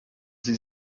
sie